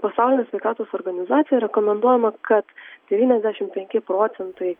pasaulio sveikatos organizaciją rekomenduojama kad devyniasdešim penki procentai